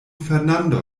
fernando